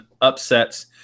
upsets